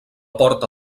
porta